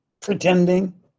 pretending